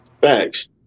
Thanks